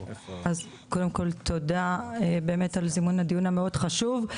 אז קודם כל תודה על זימון הדיון המאוד חשוב.